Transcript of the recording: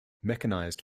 mechanized